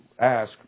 ask